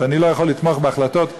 להביא את זה לוועדה,